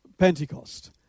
Pentecost